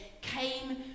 came